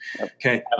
Okay